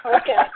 Okay